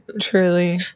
Truly